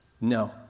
No